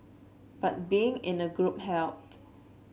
but being in a group helped